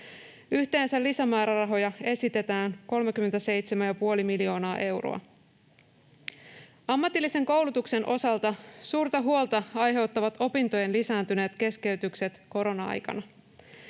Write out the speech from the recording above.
Yhteensä lisämäärärahoja esitetään 37,5 miljoonaa euroa. Ammatillisen koulutuksen osalta suurta huolta aiheuttavat opintojen lisääntyneet keskeytykset korona-aikana.